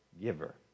giver